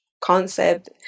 concept